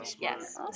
Yes